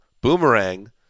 Boomerang